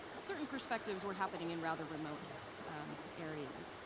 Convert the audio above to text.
certain perspectives, were happening in rather remote areas.